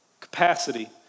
Capacity